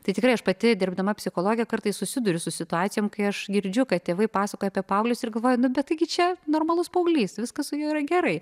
tai tikrai aš pati dirbdama psichologe kartais susiduriu su situacijom kai aš girdžiu kad tėvai pasakojo apie paauglius ir galvoju nu bet taigi čia normalus paauglys viskas su juo yra gerai